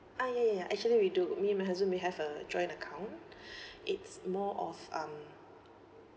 ah ya ya ya actually we do me and my husband we have a joint account it's more of um